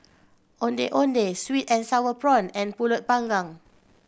Ondeh Ondeh sweet and sour prawn and Pulut Panggang